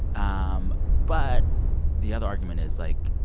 um but the other argument is, like,